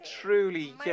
truly